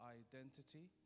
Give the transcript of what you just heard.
identity